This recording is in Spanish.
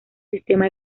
sistema